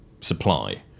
supply